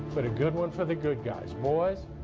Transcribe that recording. but a good one for the good guys. boys,